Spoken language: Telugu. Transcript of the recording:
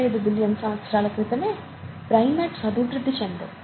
65 బిలియన్ సంవత్సరాల క్రితమే ప్రైమేట్స్ అభివృద్ధి చెందాయి